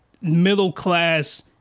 middle-class